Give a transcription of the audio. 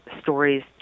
stories